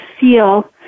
feel